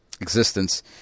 existence